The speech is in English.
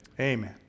Amen